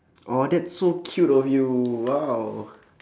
!aww! that's so cute of you !wow!